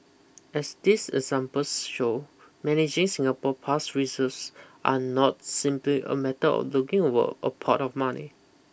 as these examples show managing Singapore past reserves are not simply a matter of looking over a pot of money